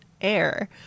Air